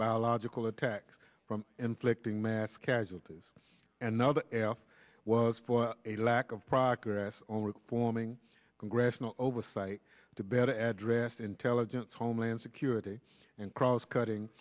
biological attacks from inflicting mass casualties another was for a lack of progress on reforming congressional oversight to better address intelligence homeland security and cross cutting